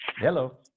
Hello